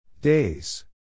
Days